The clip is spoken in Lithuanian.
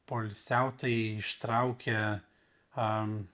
poilsiautojai ištraukė a